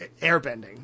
airbending